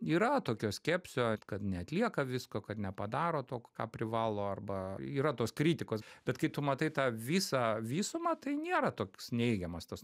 yra tokio skepsio kad neatlieka visko kad nepadaro to ką privalo arba yra tos kritikos bet kai tu matai tą visą visumą tai nėra toks neigiamas tas